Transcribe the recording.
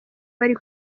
bari